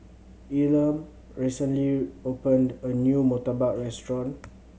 Elam recently opened a new murtabak restaurant